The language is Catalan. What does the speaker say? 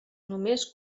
només